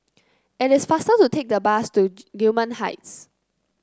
it is faster to take the bus to Gillman Heights